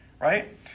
right